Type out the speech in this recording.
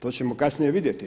To ćemo kasnije vidjeti.